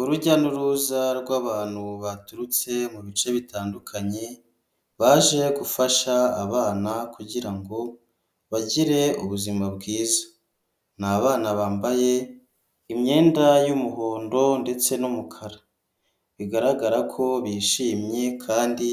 Urujya n'uruza rw'abantu baturutse mu bice bitandukanye baje gufasha abana kugira ngo bagire ubuzima bwiza. Nibana bambaye imyenda y'umuhondo ndetse n'umukara bigaragara ko bishimye kandi